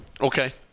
okay